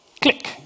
click